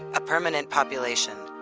a permanent population,